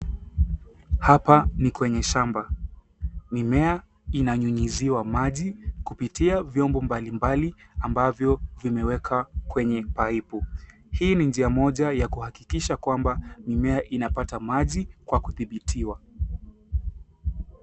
Hapa ni kwenye shamba. Mimea inanyunyiziwa maji kupitia vyombo mbalimbali ambavyo vimewekwa kwenye paipu. Hii ni njia moja ya kuhakikisha kwamba mimea inapata maji kwa kudhibitiwa.